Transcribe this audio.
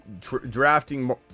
drafting